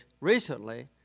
recently